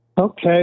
Okay